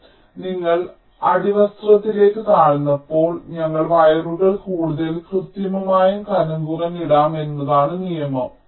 അതിനാൽ നിങ്ങൾ അടിവസ്ത്രത്തിലേക്ക് താഴ്ന്നപ്പോൾ ഞങ്ങൾക്ക് വയറുകൾ കൂടുതൽ കൃത്യമായും കനംകുറഞ്ഞും ഇടാം എന്നതാണ് നിയമം